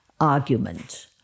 argument